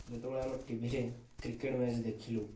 ଯେତେବେଳେ ଆମେ ଟିଭିରେ କ୍ରିକେଟ ମ୍ୟାଚ ଦେଖିଲୁ